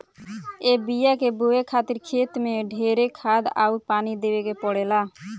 ए बिया के बोए खातिर खेत मे ढेरे खाद अउर पानी देवे के पड़ेला